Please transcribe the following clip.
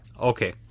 Okay